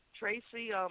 Tracy